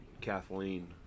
Kathleen